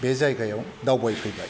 बे जायगायाव दावबाय फैबाय